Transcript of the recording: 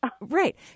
Right